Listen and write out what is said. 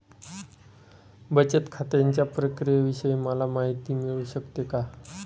बचत खात्याच्या प्रक्रियेविषयी मला माहिती मिळू शकते का?